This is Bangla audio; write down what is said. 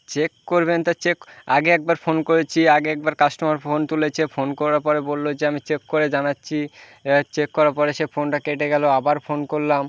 চেক করবেন তা চেক আগে একবার ফোন করেছি আগে একবার কাস্টোমার ফোন তুলেছে ফোন করার পরে বললো যে আমি চেক করে জানাচ্ছি চেক করার পরে সে ফোনটা কেটে গেলো আবার ফোন করলাম